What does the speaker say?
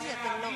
אני רוצה להבין.